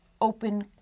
open